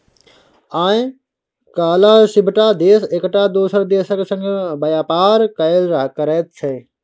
आय काल्हि सभटा देश एकटा दोसर देशक संग व्यापार कएल करैत छै